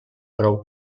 prou